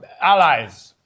allies